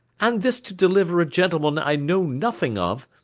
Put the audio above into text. and this to deliver a gentleman i know nothing of,